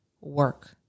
work